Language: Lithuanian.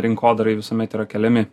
rinkodarai visuomet yra keliami